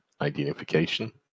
Identification